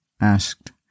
asked